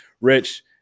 Rich